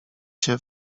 się